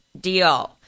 Deal